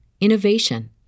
innovation